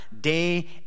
day